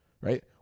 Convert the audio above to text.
right